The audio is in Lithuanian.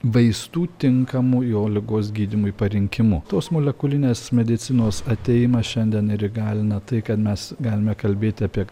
vaistų tinkamų jo ligos gydymui parinkimu tos molekulinės medicinos atėjimas šiandien ir įgalina tai kad mes galime kalbėti apie